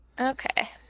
okay